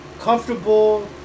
comfortable